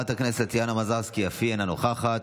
חברת הכנסת טטיאנה מזרסקי, אף היא אינה נוכחת,